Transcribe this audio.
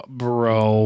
bro